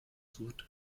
sucht